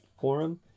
forum